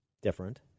different